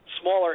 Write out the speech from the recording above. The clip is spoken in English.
smaller